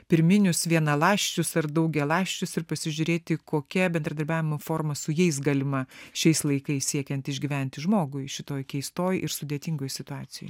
pirminius vienaląsčius ar daugialąsčius ir pasižiūrėti kokia bendradarbiavimo forma su jais galima šiais laikais siekiant išgyventi žmogui šitoj keistoj ir sudėtingoj situacijoj